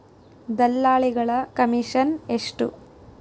ದಲ್ಲಾಳಿಗಳ ಕಮಿಷನ್ ಎಷ್ಟು?